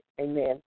amen